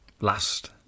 last